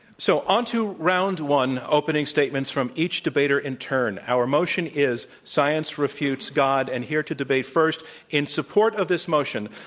so on to round one, opening statements from each debater in turn. our motion is science refutes god. and here to debate first in support of this motion,